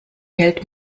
hält